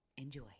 Enjoy